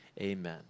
Amen